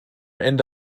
ende